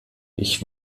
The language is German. ich